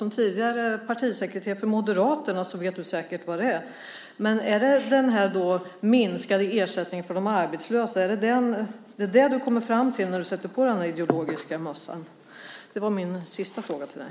Som tidigare partisekreterare för Moderaterna vet du säkert vad det är. Är det minskningen för de arbetslösa som du kommer fram till när du sätter på dig den där ideologiska mössan? Detta var min sista fråga till dig.